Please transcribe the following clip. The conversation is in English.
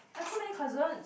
I so many cousins